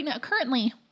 currently